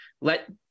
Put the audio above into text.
let